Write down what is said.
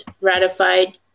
ratified